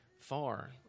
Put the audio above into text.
Far